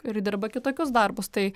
ir dirba kitokius darbus tai